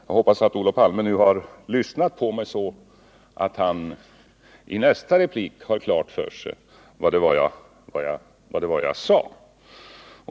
Jag hoppas att Olof Palme nu har lyssnat på mig, så att han i nästa replik har klart för sig vad det var jag sade.